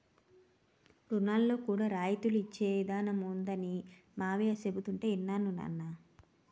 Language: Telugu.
రుణాల్లో కూడా రాయితీలు ఇచ్చే ఇదానం ఉందనీ మావయ్య చెబుతుంటే యిన్నాను నాన్నా